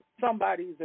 somebody's